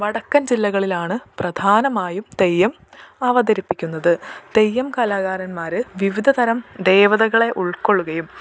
വടക്കൻ ജില്ലകളിലാണ് പ്രധാനമായും തെയ്യം അവതരിപ്പിക്കുന്നത് തെയ്യം കലാകാരന്മാർ വിവിധതരം ദേവതകളെ ഉൾക്കൊള്ളുകയും